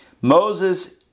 Moses